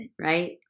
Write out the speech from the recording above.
right